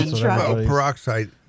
Peroxide